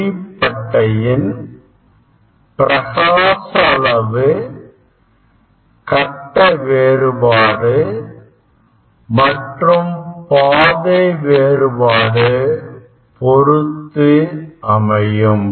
ஒளி பட்டையின் பிரகாச அளவு கட்ட வேறுபாடு மற்றும் பாதை வேறுபாடு பொருத்து அமையும்